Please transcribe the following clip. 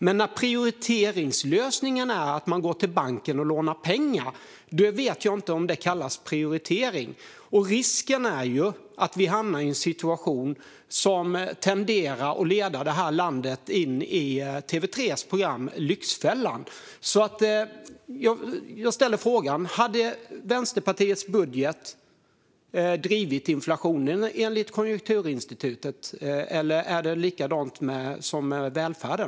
Men när prioriteringslösningen är att man går till banken och lånar pengar, då vet jag inte om det kan kallas prioritering. Risken är ju att vi hamnar i en situation som tenderar att leda det här landet in i TV3:s program Lyxfällan . Jag ställer frågan igen. Hade Vänsterpartiets budget drivit inflation, enligt Konjunkturinstitutet? Eller är det likadant som med välfärden?